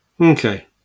Okay